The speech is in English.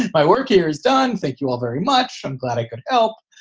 my work here is done. thank you all very much. i'm glad i could help.